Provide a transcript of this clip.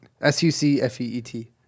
S-U-C-F-E-E-T